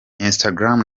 instagram